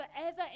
forever